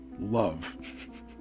love